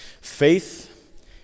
faith